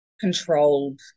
controlled